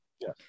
Yes